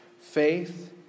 Faith